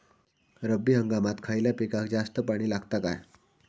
रब्बी हंगामात खयल्या पिकाक जास्त पाणी लागता काय?